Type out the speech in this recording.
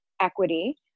equity